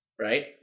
Right